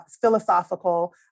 philosophical